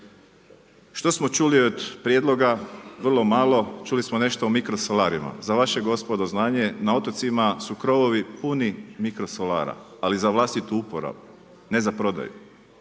Što smo čuli od prijedloga? Vrlo malo. Čuli smo nešto o mikrosolarima. Za vaše gospodo znanje, na otocima su krovovi puni mikrosolara, ali za vlastitu uporabu, ne za prodaju.